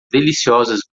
deliciosas